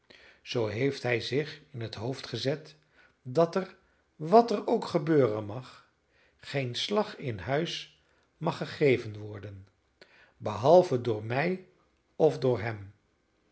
zoo heeft hij zich in het hoofd gezet dat er wat er ook gebeuren mag geen slag in huis mag gegeven worden behalve door mij of door hem